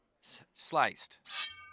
Sliced